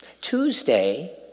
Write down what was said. Tuesday